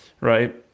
right